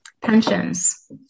Pensions